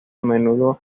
menudo